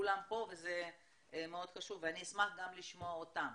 כולם פה וזה מאוד חשוב ואני אשמח גם לשמוע אותם.